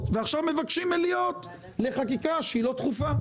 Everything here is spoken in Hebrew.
ועכשיו מבקשים מליאות לחקיקה שהיא לא דחופה.